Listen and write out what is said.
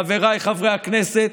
חבריי חברי הכנסת,